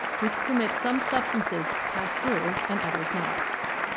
which permits some substances to pass through and others not.